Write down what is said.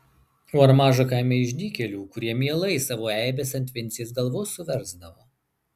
o ar maža kaime išdykėlių kurie mielai savo eibes ant vincės galvos suversdavo